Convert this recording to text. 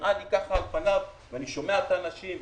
נראה לי על פניו ואני שומע את האנשים,